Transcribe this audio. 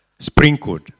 Sprinkled